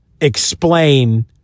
explain